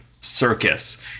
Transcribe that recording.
circus